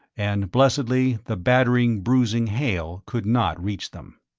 and, blessedly, the battering, bruising hail could not reach them.